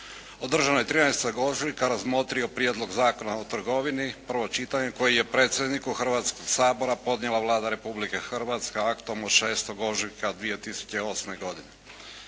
održanoj 13. ožujka razmotrio Prijedlog zakona o trgovini, prvo čitanje koji je predsjedniku Hrvatskoga sabora podnijela Vlada Republike Hrvatske aktom od 6. ožujka 2008. godine.